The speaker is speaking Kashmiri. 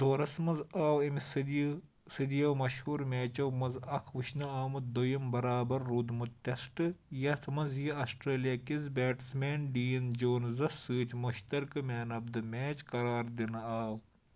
اَتھ دورَس منٛزآو امہِ سدِیہِ سدیو مشہوٗر میچو منز اكھ وٕچھنہٕ آمُت دۄیِم برابر روٗدمُت ٹیسٹ یَتھ منٛز یہِ آسٹریلیا كِس بیٹٕس مین ڈین جونزَس سۭتۍ مُشترقہٕ مین آف دی میچ قرار دِنہٕ آو